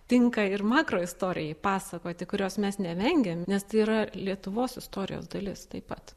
tinka ir makroistorijai pasakoti kurios mes nevengiam nes tai yra lietuvos istorijos dalis taip pat